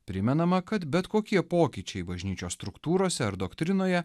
primenama kad bet kokie pokyčiai bažnyčios struktūrose ar doktrinoje